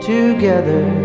Together